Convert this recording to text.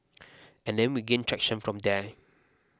and then we gained traction from there